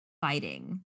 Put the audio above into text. fighting